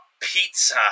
pizza